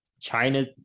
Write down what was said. China